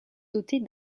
dotée